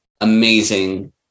amazing